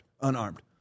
unarmed